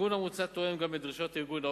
התיקון המוצע תואם גם את דרישת ה-OECD,